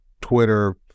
Twitter